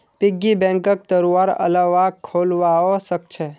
piggy बैंकक तोडवार अलावा खोलवाओ सख छ